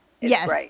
Yes